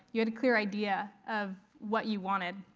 you had a clear idea of what you wanted.